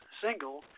single